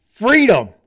freedom